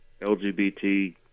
LGBT